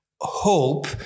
hope